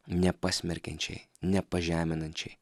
ne pasmerkiančiai ne pažeminančiai